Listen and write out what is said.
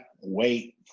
wait